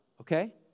okay